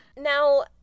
Now